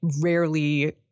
rarely